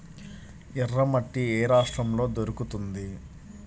ఎర్రమట్టి ఏ రాష్ట్రంలో దొరుకుతుంది?